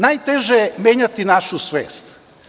Najteže je menjati našu svest.